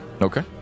Okay